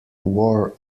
wore